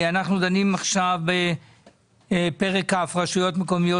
אנחנו דנים עכשיו בפרק כ' (רשויות מקומיות),